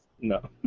No